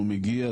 הוא מגיע,